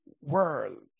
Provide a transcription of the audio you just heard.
world